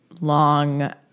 long